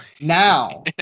Now